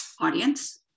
audience